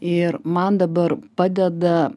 ir man dabar padeda